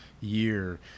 year